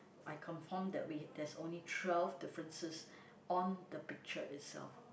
I confirm that we that's only twelve differences on the picture itself